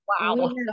Wow